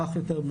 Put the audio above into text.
רך יותר,